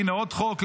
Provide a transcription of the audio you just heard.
הינה עוד חוק לזה,